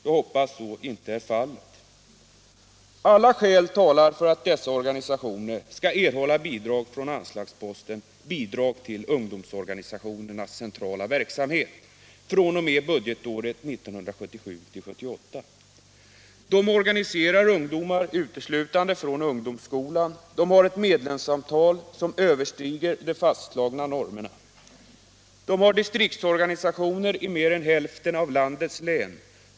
Jag hoppas att så inte är fallet. 43 Alla skäl talar för att dessa organisationer fr.o.m. budgetåret 1977/78 skall erhålla bidrag från anslagsposten Bidrag till ungdomsorganisationernas centrala verksamhet. De organiserar ungdomar uteslutande från ungdomsskolan. De har ett medlemsantal som överstiger de fastslagna normerna. De har distriktsorganisationer i mer än hälften av landets län.